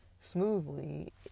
smoothly